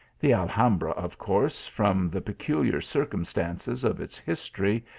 the alhambra, of course, from the peculiar circum stances of its history,